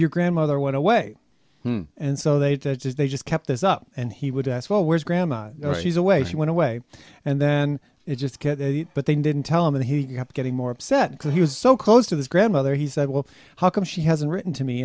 your grandmother went away and so they did just they just kept this up and he would always grandma she's away she went away and then it just but they didn't tell him and he kept getting more upset because he was so close to this grandmother he said well how come she hasn't written to me